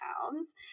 pounds